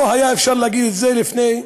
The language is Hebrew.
לא היה אפשר להגיד את זה לפני,